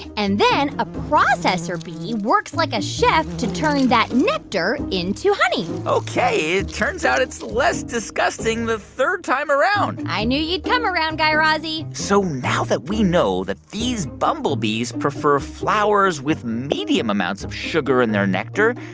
and then a processor bee works like a chef to turn that nectar into honey ok. it turns out it's less disgusting the third time around i knew you'd come around, guy razzie so now that we know that these bumblebees prefer flowers with medium amounts of sugar in their nectar,